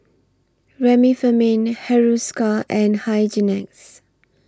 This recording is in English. Remifemin Hiruscar and Hygin X